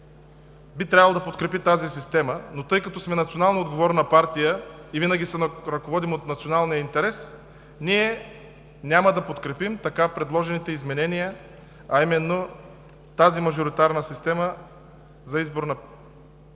би трябвало да подкрепи тази система, но тъй като сме национално отговорна партия и винаги се ръководим от националния интерес, ние няма да подкрепим така предложените изменения, а именно тази мажоритарна система за провеждане